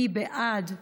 מי בעד?